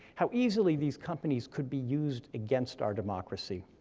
how easily these companies could be used against our democracy.